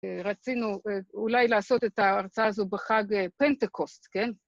רצינו אולי לעשות את ההרצאה הזו בחג פנטקוסט, כן?